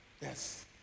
Yes